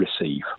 receive